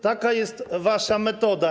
Taka jest wasza metoda.